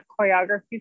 choreography